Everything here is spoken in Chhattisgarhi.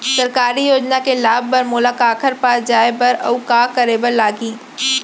सरकारी योजना के लाभ बर मोला काखर पास जाए बर अऊ का का करे बर लागही?